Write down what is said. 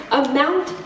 amount